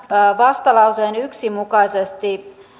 vastalauseen yksi mukaisesti